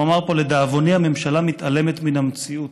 הוא אמר פה: לדאבוני, הממשלה מתעלמת מן המציאות.